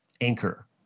anchor